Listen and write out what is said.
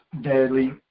deadly